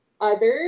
others